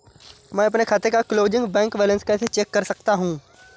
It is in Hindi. मैं अपने खाते का क्लोजिंग बैंक बैलेंस कैसे चेक कर सकता हूँ?